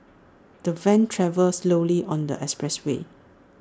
the van travelled slowly on the expressway